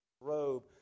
Robe